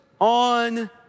on